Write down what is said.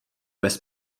bez